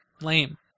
Lame